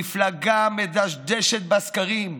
מפלגה מדשדשת בסקרים,